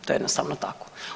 To je jednostavno tako.